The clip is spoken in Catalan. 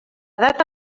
data